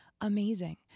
Amazing